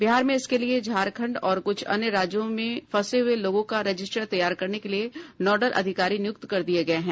बिहार में इसके लिए झारखंड और कुछ अन्य राज्यों ने फंसे हुए लोगों का रजिस्टर तैयार करने के लिए नोडल अधिकारी नियुक्त कर दिए गए हैं